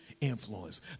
influence